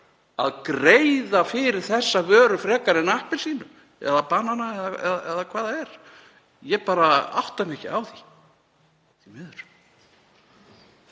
að greiða fyrir þessa vöru frekar en fyrir appelsínu eða banana eða hvað það er. Ég átta mig ekki á því. Því miður.